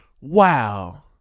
wow